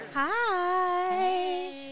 Hi